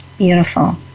Beautiful